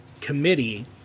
committee